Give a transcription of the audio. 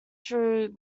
through